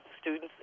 students